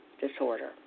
disorder